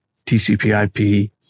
TCP/IP